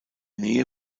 nähe